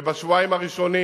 בשבועיים הראשונים,